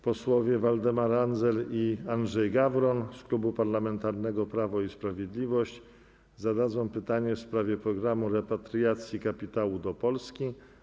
Posłowie Waldemar Andzel i Andrzej Gawron z Klubu Parlamentarnego Prawo i Sprawiedliwość zadadzą pytanie w sprawie programu repatriacji kapitału do Polski.